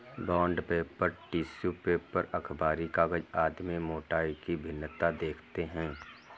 bond paper, tissue paper, अखबारी कागज आदि में मोटाई की भिन्नता देखते हैं